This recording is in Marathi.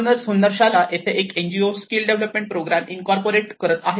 म्हणूनच हुन्नरशाला येथे एक NGO skill development programme incorporate करत आहेत